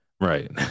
Right